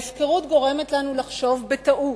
ההפקרות גורמת לנו לחשוב, בטעות,